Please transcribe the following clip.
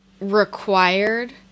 required